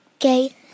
Okay